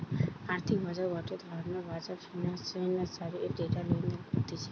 আর্থিক বাজার গটে ধরণের বাজার ফিন্যান্সের ডেটা লেনদেন করতিছে